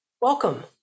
welcome